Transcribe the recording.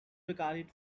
regarded